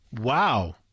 Wow